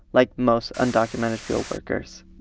like most undocumented field workers.